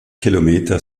kilometer